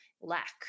lack